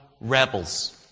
rebels